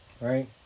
right